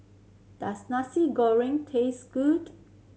does Nasi Goreng taste good